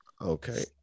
Okay